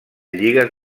lligues